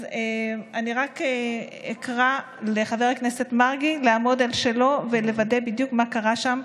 אז אני רק אקרא לחבר הכנסת מרגי לעמוד על שלו ולבדוק בדיוק מה קרה שם,